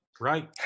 right